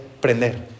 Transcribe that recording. prender